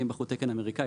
ואם בחרו תקן אמריקאי,